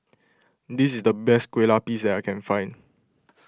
this is the best Kueh Lapis that I can find